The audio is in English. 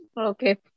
Okay